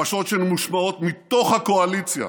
ההכפשות שמושמעות מתוך הקואליציה